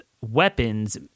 weapons